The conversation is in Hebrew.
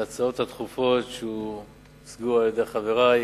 ההצעות הדחופות שהוצגו על-ידי חברי